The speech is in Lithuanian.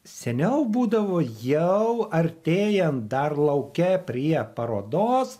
seniau būdavo jau artėjant dar lauke prie parodos